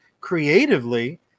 creatively